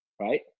right